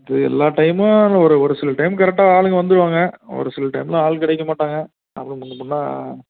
அது எல்லா டைமும் இல்லை ஒரு ஒரு சில டைம் கரெக்டாக ஆளுங்க வந்துருவாங்க ஒரு சில டைமில் ஆள் கிடைக்க மாட்டாங்க அப்புறம் முன்னே பின்னே